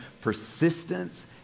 persistence